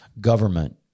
government